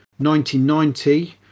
1990